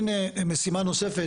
יש לנו עוד משימה נוספת